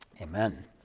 Amen